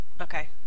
Okay